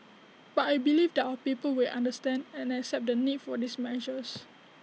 but I believe that our people will understand and accept the need for these measures